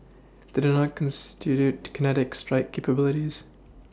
they do not constitute kinetic strike capabilities